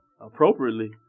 appropriately